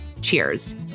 Cheers